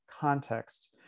context